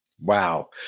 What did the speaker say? Wow